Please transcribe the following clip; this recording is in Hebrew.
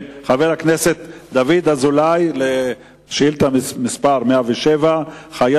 שאילתא מס' 107 של חבר הכנסת דוד